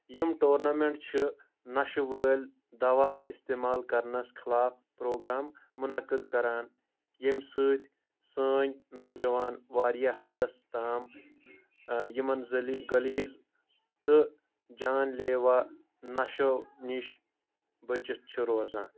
یِم ٹورنامیٚنٹ چھِ نشہٕ وٲلۍ دوا استعمال کرنس خٕلاف پروگرام منعقد کران یمہِ سۭتۍ سٲنۍ نوجوان واریاہ حدس تام یِمن زٔلی گٔلیز تہٕ جان لیوہ نشو نِش بٔچتھ چھِ روزان